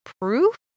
proof